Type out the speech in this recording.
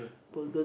burger